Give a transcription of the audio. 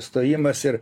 stojimas ir